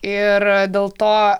ir dėl to